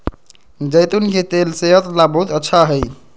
जैतून के तेल सेहत ला बहुत अच्छा हई